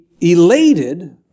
elated